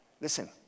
Listen